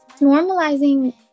normalizing